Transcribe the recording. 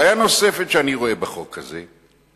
בעיה נוספת שאני רואה בחוק הזה,